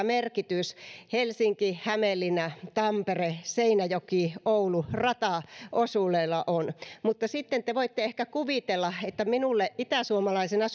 merkitys helsinki hämeenlinna tampere seinäjoki oulu rataosuudella on mutta te te voitte ehkä kuvitella että minulle itäsuomalaisena